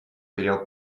велел